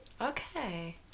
okay